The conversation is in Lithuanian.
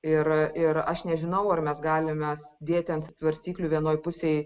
ir ir aš nežinau ar mes galim mes dėti ant svarstyklių vienoj pusėj